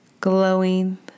glowing